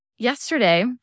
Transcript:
Yesterday